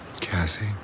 Cassie